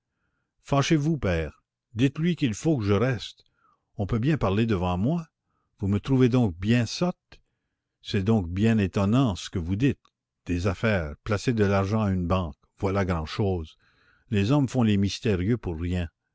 fâchez vous père dites-lui qu'il faut que je reste on peut bien parler devant moi vous me trouvez donc bien sotte c'est donc bien étonnant ce que vous dites des affaires placer de l'argent à une banque voilà grand'chose les hommes font les mystérieux pour rien